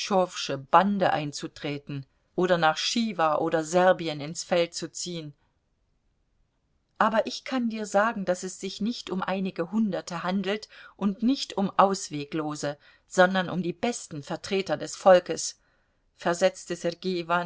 bande einzutreten oder nach chiwa oder serbien ins feld zu ziehen aber ich kann dir sagen daß es sich nicht um einige hunderte handelt und nicht um ausweglose sondern um die besten vertreter des volkes versetzte